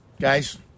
guys